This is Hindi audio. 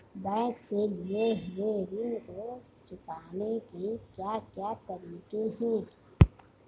बैंक से लिए हुए ऋण को चुकाने के क्या क्या तरीके हैं?